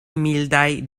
mildaj